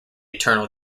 eternal